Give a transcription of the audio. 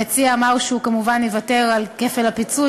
המציע אמר שהוא כמובן יוותר על כפל הפיצוי.